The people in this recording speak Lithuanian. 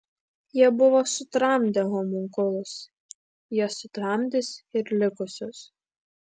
jie buvo sutramdę homunkulus jie sutramdys ir likusius